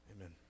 Amen